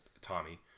Tommy